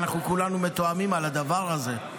אתה יודע שאנחנו כולנו מתואמים על הדבר הזה.